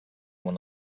when